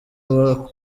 aba